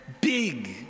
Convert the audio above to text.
big